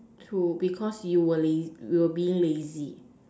true because you were laz~ you we're being lazy